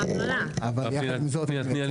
אבל אתה נציג משטרת ישראל היום.